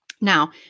Now